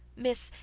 miss,